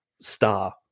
star